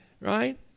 right